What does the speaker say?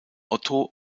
otto